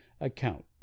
account